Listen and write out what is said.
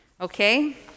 okay